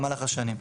במהלך השנים.